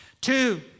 Two